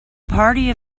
party